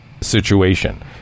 situation